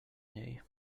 niej